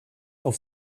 auf